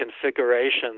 configuration